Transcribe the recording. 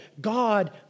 God